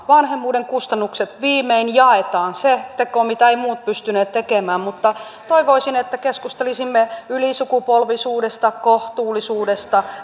vanhemmuuden kustannukset viimein jaetaan se teko mitä eivät muut pystyneet tekemään toivoisin että keskustelisimme ylisukupolvisuudesta kohtuullisuudesta